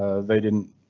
ah they didn't.